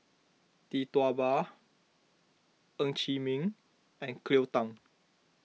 Tee Tua Ba Ng Chee Meng and Cleo Thang